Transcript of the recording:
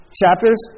chapters